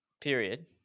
period